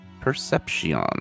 Perception